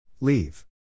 Leave